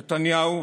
נתניהו,